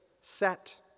set